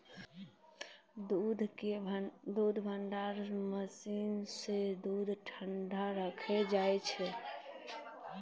दूध भंडारण मसीन सें दूध क ठंडा रखलो जाय छै